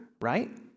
right